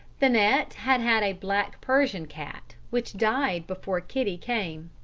thanet had had a black persian cat, which died before kitty came.